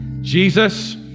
Jesus